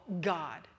God